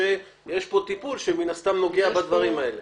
או שיש פה טיפול שמן הסתם נוגע בדברים האלה.